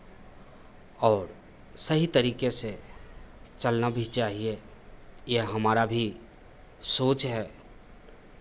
और सही तरीके से चलना भी चाहिए यह हमारा भी सोच है